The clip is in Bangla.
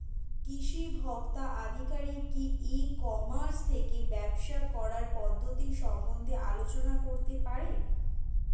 কৃষি ভোক্তা আধিকারিক কি ই কর্মাস থেকে ব্যবসা করার পদ্ধতি সম্বন্ধে আলোচনা করতে পারে?